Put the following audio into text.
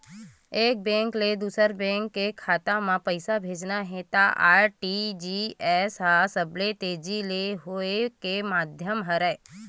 एक बेंक ले दूसर बेंक के खाता म पइसा भेजना हे त आर.टी.जी.एस ह सबले तेजी ले होए के माधियम हरय